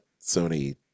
sony